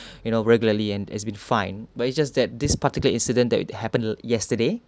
you know regularly and has been fine but it's just that this particular incident that happened yesterday